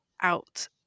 out